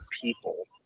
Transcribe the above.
people